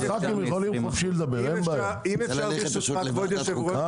אני צריך ללכת לוועדת חוקה.